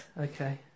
Okay